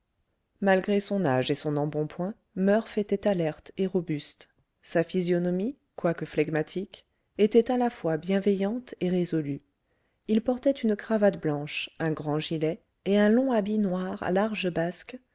malgré son âge et son embonpoint murph était alerte et robuste sa physionomie quoique flegmatique était à la fois bienveillante et résolue il portait une cravate blanche un grand gilet et un long habit noir à larges basques